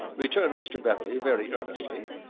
returned mr. beverley very earnestly,